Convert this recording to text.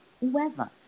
Whoever